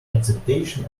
acceptation